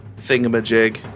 thingamajig